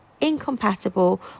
incompatible